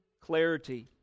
clarity